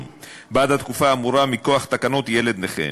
בעד התקופה האמורה מכוח תקנות ילד נכה.